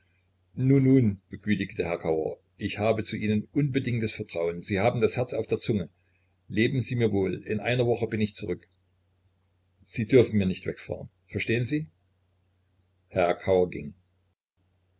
begütigte herr kauer ich habe zu ihnen unbedingtes vertrauen sie haben das herz auf der zunge leben sie mir wohl in einer woche bin ich zurück sie dürfen mir nicht wegfahren verstehen sie herr